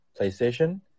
PlayStation